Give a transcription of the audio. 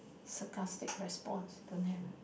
sarcastic response don't have ah